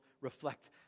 reflect